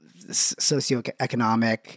socioeconomic